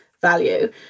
value